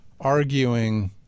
arguing